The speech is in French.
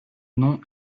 non